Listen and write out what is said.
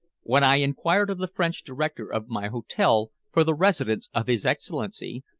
when i inquired of the french director of my hotel for the residence of his excellency,